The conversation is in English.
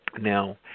Now